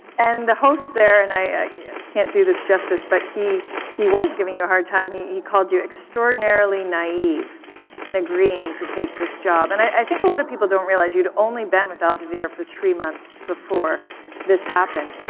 and the host there, and i can't do this justice, but he he was giving you a hard time. he he called you extraordinarily naive in agreeing to take this job. and i think a lot of people don't realize, you'd only been with al jazeera for three months before this happened.